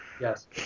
Yes